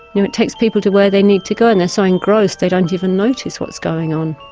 you know it takes people to where they need to go and they're so engrossed they don't even notice what's going on.